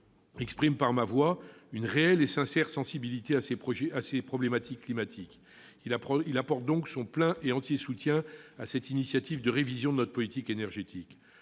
exprime par ma voix une réelle et sincère sensibilité sur ces problématiques climatiques. Il apporte donc son plein et entier soutien à cette initiative de révision de notre politique énergétique.